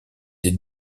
des